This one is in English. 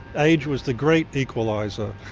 age was the great equaliser.